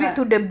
tak